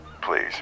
please